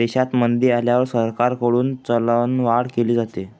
देशात मंदी आल्यावर सरकारकडून चलनवाढ केली जाते